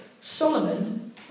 Solomon